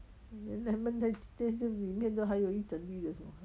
then lemon 在则里面都还有一整立